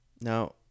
Now